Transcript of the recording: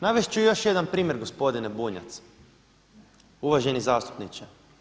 Navest ću još jedan primjer gospodine Bunjac, uvaženi zastupniče.